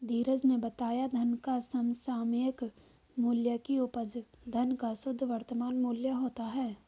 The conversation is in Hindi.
धीरज ने बताया धन का समसामयिक मूल्य की उपज धन का शुद्ध वर्तमान मूल्य होता है